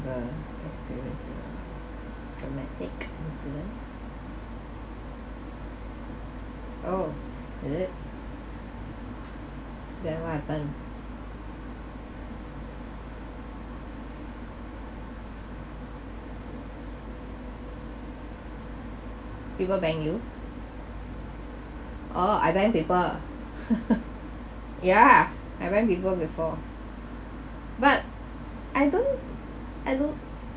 experienced dramatic incident oh is it then what happened people bang you oh I bang people ya I bang people before but I don't I don't